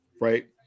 right